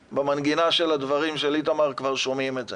במנגינה של הדברים של איתמר כבר שומעים את זה.